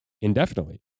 indefinitely